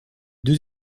deux